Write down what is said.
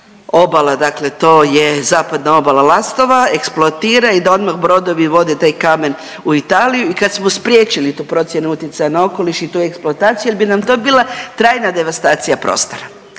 obala dakle to je zapadna obala Lastova eksploatira i da odmah brodovi vode taj kamen u Italiju i kad smo spriječili tu procjenu utjecaja na okoliš i tu eksploataciju jel bi nam to bila trajna devastacija prostora.